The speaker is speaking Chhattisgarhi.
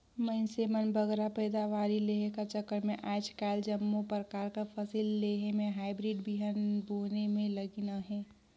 मइनसे मन बगरा पएदावारी लेहे कर चक्कर में आएज काएल जम्मो परकार कर फसिल लेहे में हाईब्रिड बीहन बुने में लगिन अहें